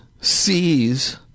sees